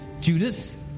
Judas